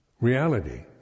reality